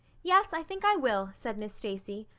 yes, i think i will, said miss stacy.